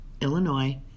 Illinois